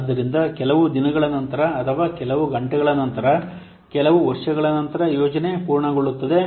ಆದ್ದರಿಂದ ಕೆಲವು ದಿನಗಳ ನಂತರ ಅಥವಾ ಕೆಲವು ಗಂಟೆಗಳ ನಂತರ ಕೆಲವು ವರ್ಷಗಳ ನಂತರ ಯೋಜನೆ ಪೂರ್ಣಗೊಳ್ಳುತ್ತದೆ